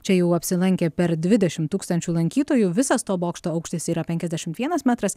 čia jau apsilankė per dvidešim tūkstančių lankytojų visas to bokšto aukštis yra penkiasdešimt vienas metras